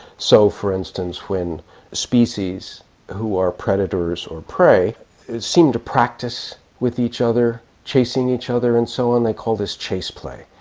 so, for instance, when species who are predators or prey seem to practice with each other, chasing each other and so on, they call this chase play.